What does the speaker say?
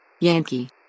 Yankee